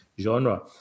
genre